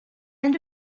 end